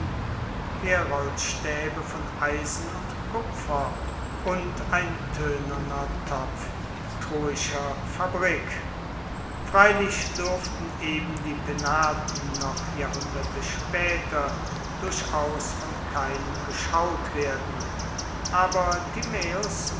heroldstaebe von eisen und kupfer und ein toenerner topf troischer fabrik freilich durften eben die penaten noch jahrhunderte spaeter durchaus von keinem geschaut werden aber